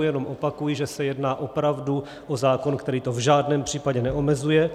Znovu jenom opakuji, že se jedná opravdu o zákon, který to v žádném případě neomezuje.